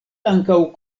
ankaŭ